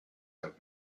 have